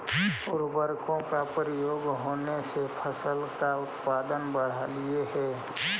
उर्वरकों का प्रयोग होने से फसल का उत्पादन बढ़लई हे